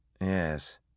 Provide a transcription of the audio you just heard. Yes